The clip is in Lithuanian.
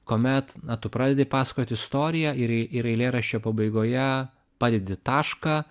kuomet tu pradedi pasakot istoriją ir ir eilėraščio pabaigoje padedi tašką